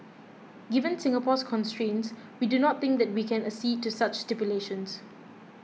given Singapore's constraints we do not think that we can accede to such stipulations